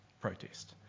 protest